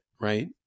Right